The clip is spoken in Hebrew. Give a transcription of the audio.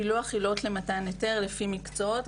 פילוח עילות למתן היתר לפי מקצועות.